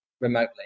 remotely